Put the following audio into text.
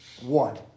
One